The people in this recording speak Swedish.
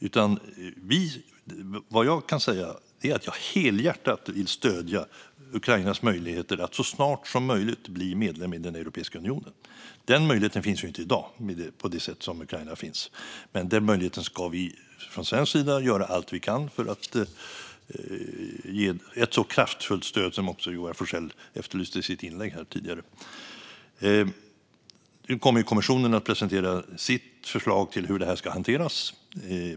Det jag kan säga är att jag helhjärtat vill stödja Ukrainas möjligheter att så snart som möjligt bli medlem i Europeiska unionen. Den möjligheten finns inte i dag, med det sätt på vilket Ukraina finns, men vi ska från svensk sida göra allt vi kan för att denna möjlighet ska ges ett sådant kraftfullt stöd som Joar Forssell efterlyste i sitt inlägg tidigare. På fredag kommer kommissionen att presentera sitt förslag om hur detta ska hanteras.